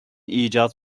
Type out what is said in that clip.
icat